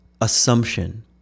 assumption